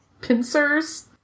pincers